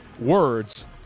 words